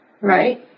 right